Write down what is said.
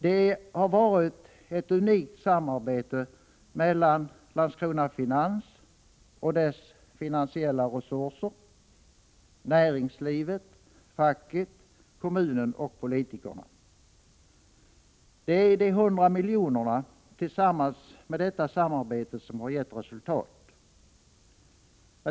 Det har varit ett unikt samarbete mellan Landskrona Finans — med dess finansiella resurser —, näringslivet, facket, kommunen och politikerna. Det är de 100 miljonerna tillsammans med detta samarbete som har gett resultatet.